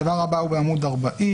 הדבר הבא הוא בעמוד 40,